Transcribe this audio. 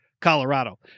Colorado